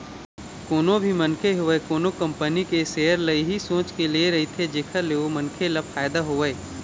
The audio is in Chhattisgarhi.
कोनो भी मनखे होवय कोनो कंपनी के सेयर ल इही सोच के ले रहिथे जेखर ले ओ मनखे ल फायदा होवय